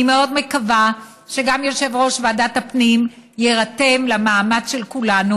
אני מאד מקווה שגם יושב-ראש ועדת הפנים יירתם למאמץ של כולנו,